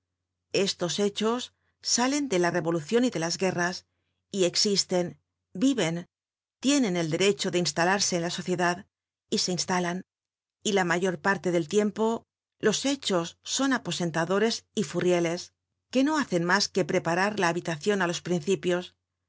estos hechos salen de la revolucion y de las guerras y existen viven tienen el derecho de instalarse en la sociedad y se instalan y la mayor parte del tiempo los hechos son aposentadores y furrieles que no hacen mas que preparar la habitacion á los principios